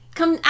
Come